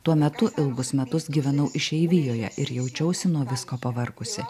tuo metu ilgus metus gyvenau išeivijoje ir jaučiausi nuo visko pavargusi